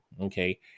Okay